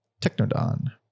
Technodon